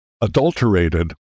adulterated